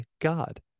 God